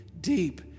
deep